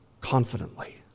confidently